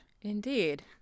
Indeed